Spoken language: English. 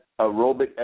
aerobic